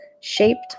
shaped